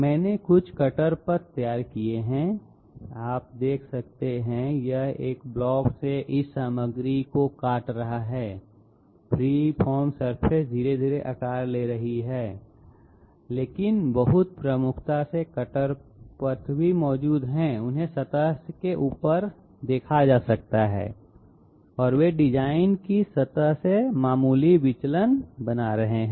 मैंने कुछ कटर पथ तैयार किए हैं आप देख सकते हैं कि यह एक ब्लॉक से इस सामग्री को काट रहा है फ्री फार्म सरफेस धीरे धीरे आकार ले रही है लेकिन बहुत प्रमुखता से कटर पथ मौजूद हैं उन्हें सतह के ऊपर देखा जा सकता है और वे डिजाइन की सतह से मामूली विचलन बना रहे हैं